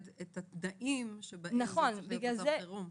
את התנאים שבהם זה צריך להיות מצב חירום.